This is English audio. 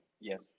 yes